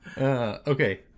Okay